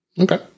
Okay